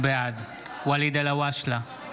בעד ואליד אלהואשלה,